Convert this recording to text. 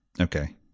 Okay